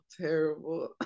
terrible